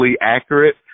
accurate